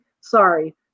Sorry